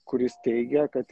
kuris teigia kad